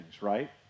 right